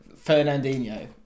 Fernandinho